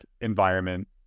environment